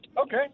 Okay